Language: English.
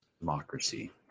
democracy